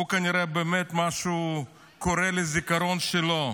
כנראה שבאמת קורה משהו לזיכרון שלו,